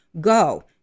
go